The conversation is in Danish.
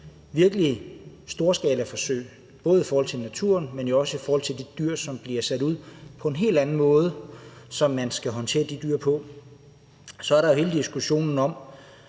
virkelig et storskalaforsøg, både i forhold til naturen, men også i forhold til de dyr, som bliver sat ud, nemlig i forhold til den måde, man håndterer dem på. Så er der hele diskussionen om,